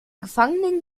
gefangenen